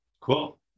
Cool